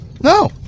no